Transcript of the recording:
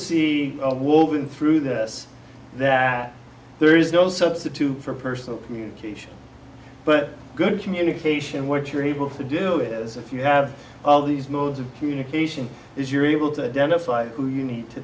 woman through this that there is no substitute for personal communication but good communication what you're able to do it is if you have all these modes of communication if you're able to identify who you need to